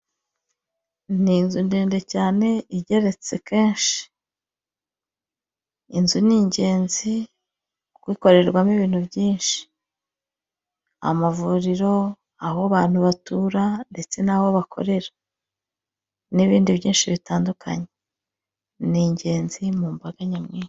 Ni inzu ndende cyane igeretse kenshi, inzu nigenzi ikorerwamo ibintu byinshi, amavuriro aho bantu batura ndetse n'aho bakorera, n'ibindi byinshi bitandukanye, ni ingenzi mu mbaga nyamwinshi.